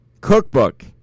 Cookbook